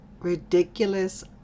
ridiculous